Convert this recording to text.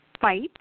fight